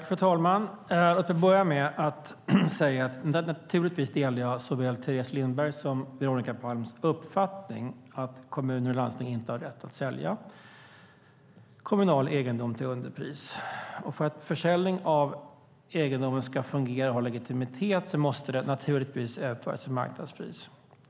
Fru talman! Låt mig börja med att säga att jag naturligtvis delar såväl Teres Lindbergs som Veronica Palms uppfattning att kommuner och landsting inte har rätt att sälja kommunal egendom till underpris. För att försäljning av egendom ska fungera och ha legitimitet måste den givetvis överföras till marknadspris.